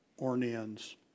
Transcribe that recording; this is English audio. Ornan's